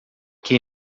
que